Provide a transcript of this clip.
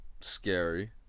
scary